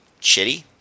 shitty